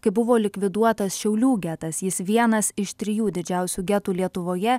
kai buvo likviduotas šiaulių getas jis vienas iš trijų didžiausių getų lietuvoje